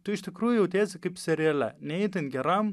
tu iš tikrųjų jautiesi kaip seriale ne itin geram